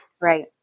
Right